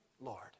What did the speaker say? Lord